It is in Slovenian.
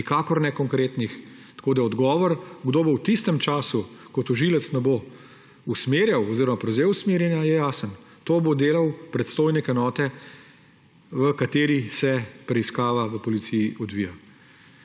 nikakor ne konkretnih. Tako da odgovor, kdo bo v tistem času, ko tožilec ne bo usmerjal oziroma prevzel usmerjanja, je jasen. To bo delal predstojnik enote, v kateri se preiskava v policiji odvija.